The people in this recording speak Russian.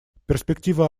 перспектива